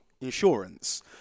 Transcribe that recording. insurance